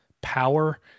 power